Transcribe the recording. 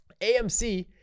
AMC